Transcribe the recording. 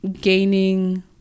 gaining